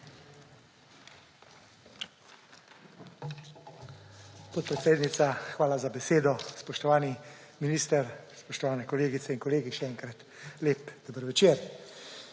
Podpredsednica, hvala za besedo. Spoštovani minister, spoštovani kolegice in kolegi, še enkrat lep dober večer!